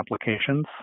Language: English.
applications